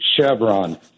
Chevron